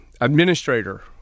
administrator